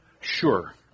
Sure